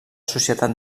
societat